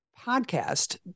podcast